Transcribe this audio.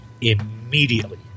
immediately